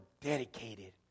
dedicated